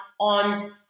on